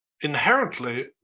inherently